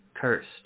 cursed